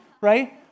right